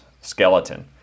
skeleton